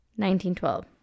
1912